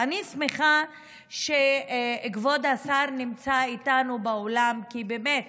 ואני שמחה שכבוד השר נמצא איתנו באולם, כי אני